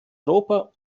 europa